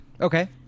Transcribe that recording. okay